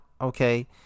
okay